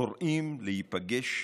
קוראים להיפגש